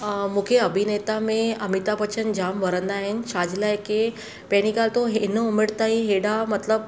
मूंखे अभिनेता में अमिताभ बच्चन जामु वणंदा आहिनि छाजे लाइ के पहिरीं ॻाल्हि त हू हिन उमिरि ताईं हेॾा मतिलबु